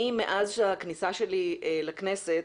מאז הכניסה שלי לכנסת,